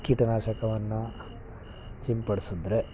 ಕೀಟ ನಾಶಕವನ್ನು ಸಿಂಪಡ್ಸಿದ್ರೆ